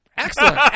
Excellent